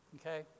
Okay